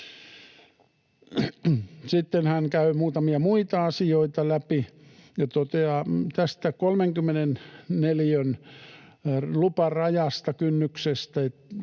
Sitten hän käy muutamia muita asioita läpi ja toteaa tästä 30 neliön luparajasta, kynnyksestä,